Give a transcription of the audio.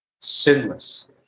sinless